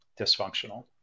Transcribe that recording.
dysfunctional